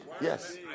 yes